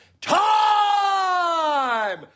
time